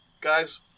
Guys